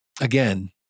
Again